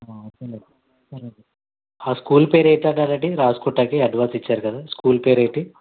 సరే ఆ స్కూల్ పేరు ఏంటి అన్నారండి రాసుకోవడానికి అడ్వాన్స్ ఇచ్చారు కదా స్కూల్ పేరు ఏంటి